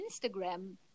Instagram